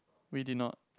we did not